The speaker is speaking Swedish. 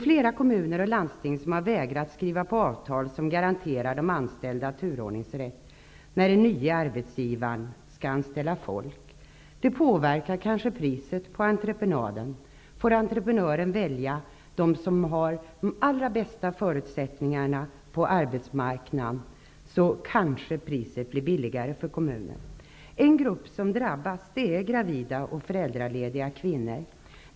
Flera kommuner och landsting har vägrat att skriva på avtal som garanterar de anställda turordningsrätt när den nya arbetsgivaren skall anställa folk. Det påverkar kanske priset på entreprenaden. Får entreprenören välja de som har de bästa förutsättningarna på arbetsmarknaden kanske priset blir billigare för kommunen. En grupp som drabbas är de gravida och föräldralediga kvinnorna.